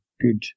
good